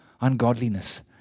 ungodliness